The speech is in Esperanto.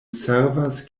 servas